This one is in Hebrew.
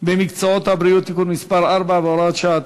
במקצועות הבריאות (תיקון מס' 4 והוראת שעה),